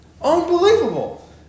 Unbelievable